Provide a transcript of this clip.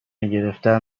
گرفتن